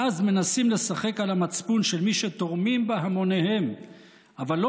ואז מנסים לשחק על המצפון של מי שתורמים בהמוניהם אבל לא